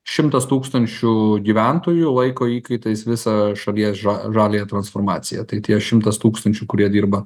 šimtas tūkstančių gyventojų laiko įkaitais visą šalies žaliąją transformaciją tai tie šimtas tūkstančių kurie dirba